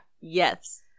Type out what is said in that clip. Yes